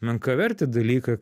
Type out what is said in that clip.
menkavertį dalyką